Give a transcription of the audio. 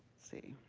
see.